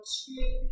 two